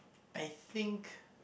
I think